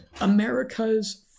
America's